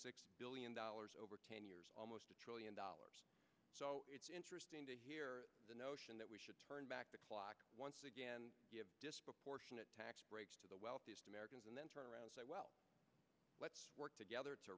twenty billion dollars over ten years almost a trillion dollars so it's interesting to hear the notion that we should turn back the clock once again disproportionate tax breaks to the wealthiest americans and then turn around and say well let's work together t